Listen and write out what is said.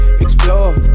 explore